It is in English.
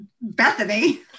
bethany